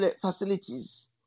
facilities